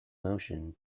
motion